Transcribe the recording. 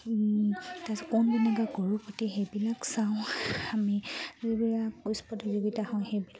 তাৰপিছত কৌন বানেগা কৰ'ৰপতি সেইবিলাক চাওঁ আমি যিবিলাক কুইজ প্ৰতিযোগিতা হয় সেইবিলাক